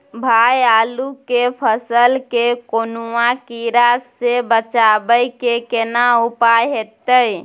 भाई आलू के फसल के कौनुआ कीरा से बचाबै के केना उपाय हैयत?